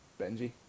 Benji